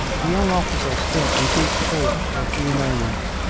the young officer stood in deep thought for a few moments.